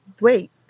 wait